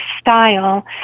style